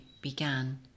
began